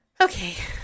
Okay